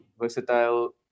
versatile